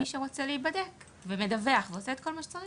מי שרוצה להיבדק ומדווח ועושה את כל מה שצריך,